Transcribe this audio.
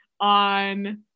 on